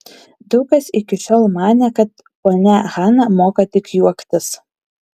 daug kas iki šiol manė kad ponia hana moka tik juoktis